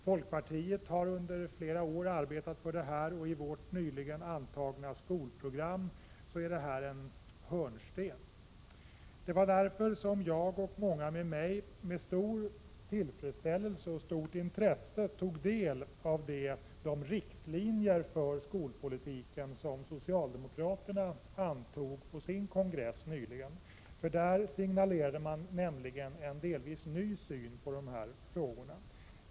Folkpartiet har under flera år arbetat för det. I vårt nyligen antagna skolprogram är det en hörnsten. Det var därför som jag och många med mig med stor tillfredsställelse och stort intresse tog del av de riktlinjer för skolpolitiken som socialdemokraterna antog på sin kongress nyligen. Där signalerar man nämligen en delvis ny syn på de här frågorna.